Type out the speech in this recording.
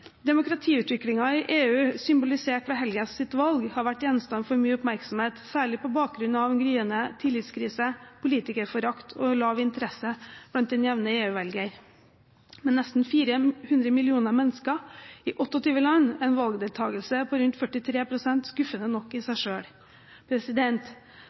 Demokratiutviklingen i EU symbolisert ved helgens valg har vært gjenstand for mye oppmerksomhet, særlig på bakgrunn av en gryende tillitskrise, politikerforakt og lav interesse hos den jevne EU-velger. Med nesten 400 millioner mennesker i 28 land er en valgdeltakelse på rundt 43 pst. skuffende nok i